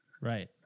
Right